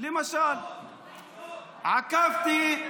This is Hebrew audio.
עקבתי,